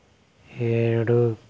ఏడు